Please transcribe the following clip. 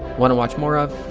wanna watch more of,